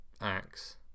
axe